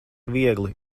viegli